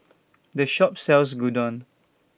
This Shop sells Gyudon